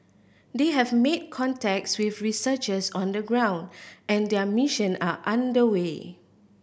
they have made contacts with researchers on the ground and their mission are under way